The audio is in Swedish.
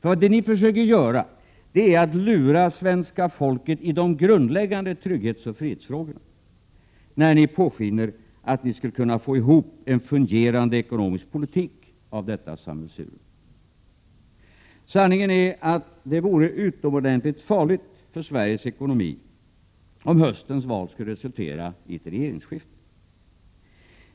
Vad ni försöker göra är att lura svenska folket när det gäller de grundläggande trygghetsoch frihetsfrågorna när ni påskiner att ni skulle kunna få ihop en fungerande ekonomisk politik av detta sammelsurium. Sanningen är att det vore utomordentligt farligt för Sveriges ekonomi om höstens val skulle resultera i ett regeringsskifte.